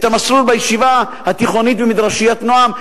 על המסלול בישיבה התיכונית ב"מדרשיית נועם"